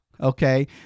Okay